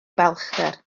balchder